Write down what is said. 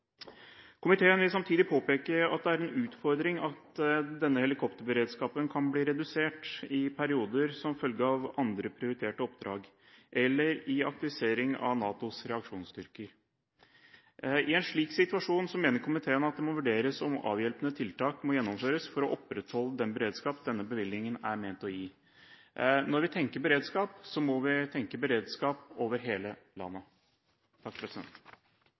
Komiteen vil samtidig påpeke at det er en utfordring at denne helikopterberedskapen kan bli redusert i perioder som følge av andre prioriterte oppdrag eller aktivisering i NATOs reaksjonsstyrker. I en slik situasjon mener komiteen at det må vurderes om avhjelpende tiltak må gjennomføres for å opprettholde den beredskap denne bevilgningen er ment å gi. Når vi tenker beredskap, må vi tenke beredskap over hele landet.